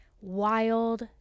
wild